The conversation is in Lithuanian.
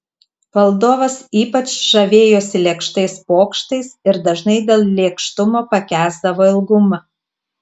valdovas ypač žavėjosi lėkštais pokštais ir dažnai dėl lėkštumo pakęsdavo ilgumą